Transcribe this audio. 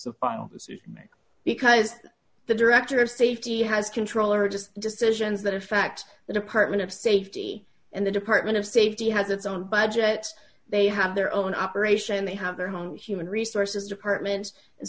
me because the director of safety has control or just decisions that affect the department of safety and the department of safety has its own budget they have their own operation they have their own human resources department